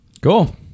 Cool